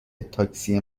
تاکسی